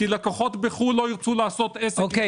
כי לקוחות בחו"ל לא ירצו לעשות עסק- -- תודה,